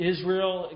Israel